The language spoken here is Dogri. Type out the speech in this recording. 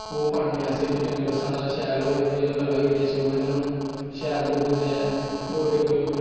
ओह् पान्नें अस डंगर कल्ला गै सुऐ शैल सानू शैल दुद्ध देऐ होर इक